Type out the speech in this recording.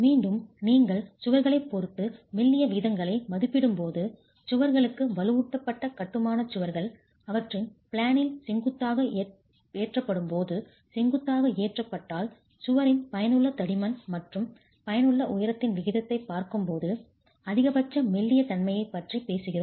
மீண்டும் நீங்கள் சுவர்களைப் பொறுத்து மெல்லிய விகிதங்களை மதிப்பிடும்போது சுவர்களுக்கு வலுவூட்டப்பட்ட கட்டுமானச் சுவர்கள் அவற்றின் பிளேனில் செங்குத்தாக ஏற்றப்படும்போது செங்குத்தாக ஏற்றப்பட்டால் சுவரின் பயனுள்ள தடிமன் மற்றும் பயனுள்ள உயரத்தின் விகிதத்தைப் பார்க்கும்போது அதிகபட்ச மெல்லிய தன்மையைப் பற்றி பேசுகிறோம்